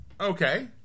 Okay